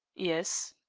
yes.